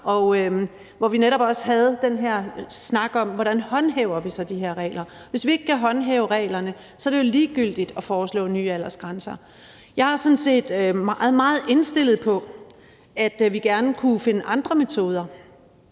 hvor vi netop også havde den her snak om, hvordan vi så håndhæver de her regler. Hvis ikke vi kan håndhæve reglerne, er det jo ligegyldigt at foreslå nye aldersgrænser. Jeg er sådan set meget indstillet på, at vi gerne kunne finde andre metoder.